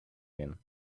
mean